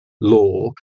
law